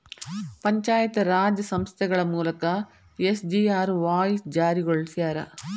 ಪಂಚಾಯತ್ ರಾಜ್ ಸಂಸ್ಥೆಗಳ ಮೂಲಕ ಎಸ್.ಜಿ.ಆರ್.ವಾಯ್ ಜಾರಿಗೊಳಸ್ಯಾರ